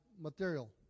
material